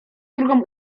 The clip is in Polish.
drugą